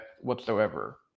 whatsoever